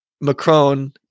Macron